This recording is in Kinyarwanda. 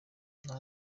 nta